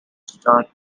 star